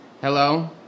hello